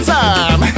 time